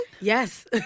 Yes